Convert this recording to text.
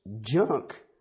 junk